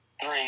Three